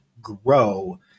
grow